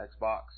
Xbox